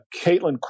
Caitlin